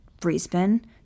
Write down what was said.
Brisbane